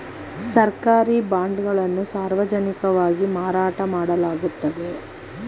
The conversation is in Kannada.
ಸರ್ಕಾರಿ ಬಾಂಡ್ ಗಳನ್ನು ಸಾರ್ವಜನಿಕವಾಗಿ ಮಾರಾಟ ಮಾಡಲಾಗುತ್ತದೆ